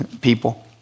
people